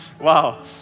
wow